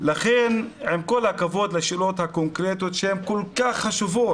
לכן עם כל הכבוד לשאלות הקונקרטיות שהן כל כך חשובות,